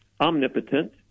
omnipotent